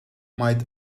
might